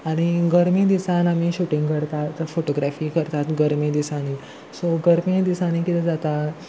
आनी गरमे दिसान आमी शुटींग करतात फोटोग्राफी करतात गरमे दिसांनी सो गरमे दिसांनी कितें जाता